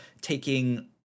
taking